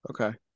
okay